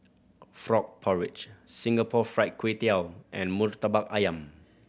frog porridge Singapore Fried Kway Tiao and Murtabak Ayam